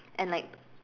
and like